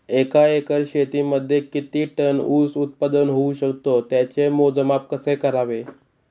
एका एकर शेतीमध्ये किती टन ऊस उत्पादन होऊ शकतो? त्याचे मोजमाप कसे करावे?